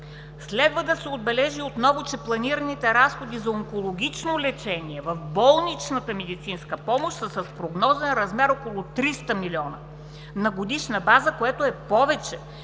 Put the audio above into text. Следва да се отбележи отново, че планираните разходи за онкологично лечение в болничната медицинска помощ са с прогнозен размер около 300 млн. лв. на годишна база, което е повече